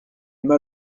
mal